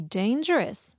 dangerous